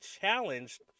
challenged